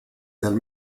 dal